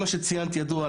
כל מה שציינת ידוע,